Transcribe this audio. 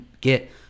get